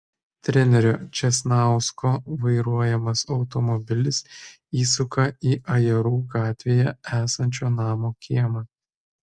trenerio česnausko vairuojamas automobilis įsuka į ajerų gatvėje esančio namo kiemą